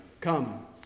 Come